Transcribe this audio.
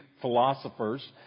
philosophers